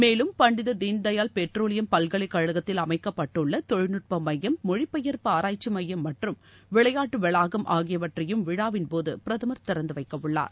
மேலும் பண்டித தீன்தயாள் பெட்ரோலியம் பல்கலைகழகத்தில் அமைக்கப்பட்டுள்ள தொழில்நுட்ப மையம் மொழிபெயர்ப்பு ஆராய்ச்சி மையம் மற்றும் விளையாட்டு வளாகம் ஆகியவற்றையும் விழாவின் போது பிரதமர் திறந்து வைக்கவுள்ளார்